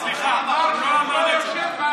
סליחה, הוא לא אמר את זה.